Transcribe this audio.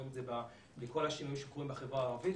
רואים את זה בכל השינויים שקורים בחברה הערבית.